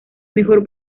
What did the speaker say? mejor